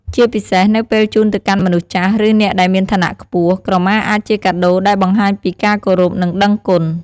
ជាពិសេសនៅពេលជូនទៅកាន់មនុស្សចាស់ ឬអ្នកដែលមានឋានៈខ្ពស់ ក្រមាអាចជាកាដូដែលបង្ហាញពីការគោរព និងដឹងគុណ។